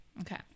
Okay